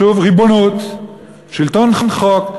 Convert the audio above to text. שוב, ריבונות, שלטון חוק.